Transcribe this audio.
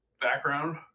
background